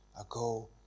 ago